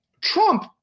Trump